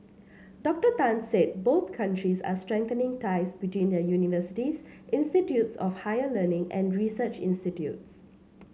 Doctor Tan said both countries are strengthening ties between their universities institutes of higher learning and research institutes